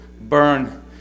burn